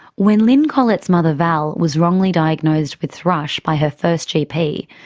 when lyn collet's mother val was wrongly diagnosed with thrush by her first gp,